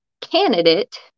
candidate